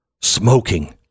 Smoking